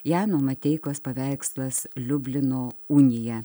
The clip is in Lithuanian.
jano mateikos paveikslas liublino unija